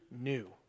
new